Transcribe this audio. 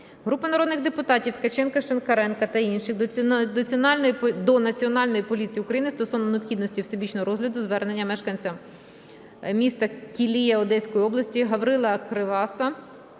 Групи народних депутатів (Ткаченка, Шинкаренка та інших) до Національної поліції України стосовно необхідності всебічного розгляду звернення мешканця міста Кілія Одеської області Гаврила Криваса